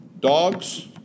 dogs